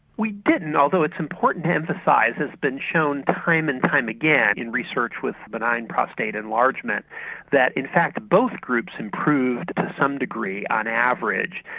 we didn't, although it's important to emphasise it's been shown time and time again in research with benign prostate enlargement that in fact both groups improved to some degree on average.